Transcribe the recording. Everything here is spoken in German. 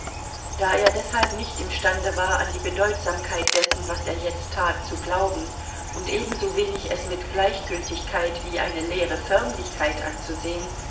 da er deshalb nicht imstande war an die bedeutsamkeit dessen was er jetzt tat zu glauben und ebensowenig es mit gleichgültigkeit wie eine leere förmlichkeit anzusehen